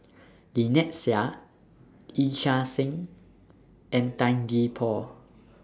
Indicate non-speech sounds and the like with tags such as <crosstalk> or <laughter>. <noise> Lynnette Seah Yee Chia Hsing and Tan Gee Paw